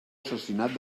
assassinat